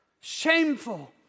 shameful